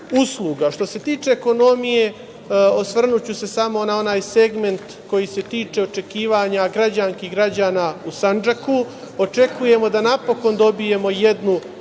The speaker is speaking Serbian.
se tiče ekonomije, osvrnuću se samo na onaj segment koji se tiče očekivanja građanki i građana u Sandžaku. Očekujemo da napokon dobijemo jednu